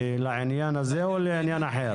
לעניין הזה או לעניין אחר?